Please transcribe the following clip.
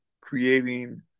creating